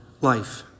life